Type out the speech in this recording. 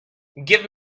give